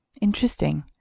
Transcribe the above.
Interesting